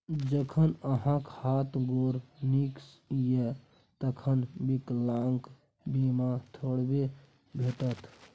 जखन अहाँक हाथ गोर नीक यै तखन विकलांगता बीमा थोड़बे भेटत?